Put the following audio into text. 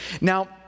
Now